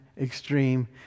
extreme